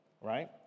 right